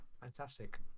Fantastic